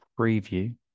preview